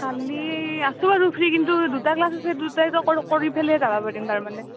কালি আছোঁ বাৰু ফ্ৰী কিন্তু দুটা ক্লাছ আছে দুটাইটো কৰি কৰি ফেলে যাবা পাৰিম তাৰ মানে